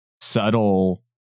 subtle